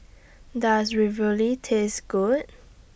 Does Ravioli Taste Good